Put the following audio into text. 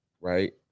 Right